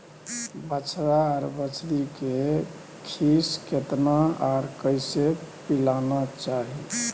बछरा आर बछरी के खीस केतना आर कैसे पिलाना चाही?